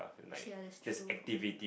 ya that's true